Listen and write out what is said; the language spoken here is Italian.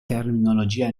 terminologia